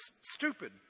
stupid